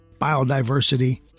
biodiversity